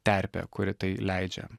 terpę kuri tai leidžia